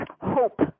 Hope